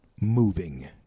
moving